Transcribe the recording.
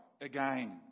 again